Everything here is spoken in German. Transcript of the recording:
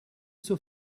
zur